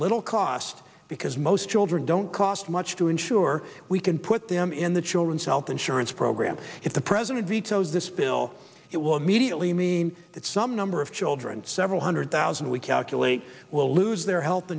little cost because most children don't cost much to insure we can put them in the children's health insurance program if the president vetoes this bill it will immediately mean that some number of children several hundred thousand we calculate will lose their health